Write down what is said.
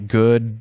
good